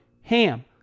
HAM